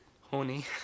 horny